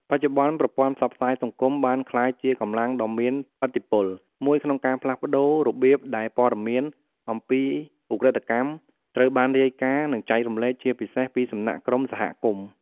បច្ចុប្បន្ន ប្រព័ន្ធផ្សព្វផ្សាយសង្គម បានក្លាយជា កម្លាំងដ៏មានឥទ្ធិពល មួយក្នុងការផ្លាស់ប្តូររបៀបដែលព័ត៌មាន អំពីឧក្រិដ្ឋកម្ម ត្រូវបានរាយការណ៍ និងចែករំលែក ជាពិសេសពីសំណាក់ក្រុមសហគមន៍។